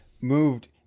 moved